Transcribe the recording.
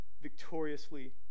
victoriously